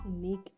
make